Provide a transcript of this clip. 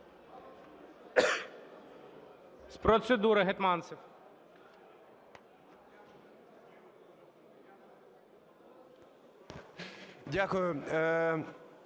Дякую.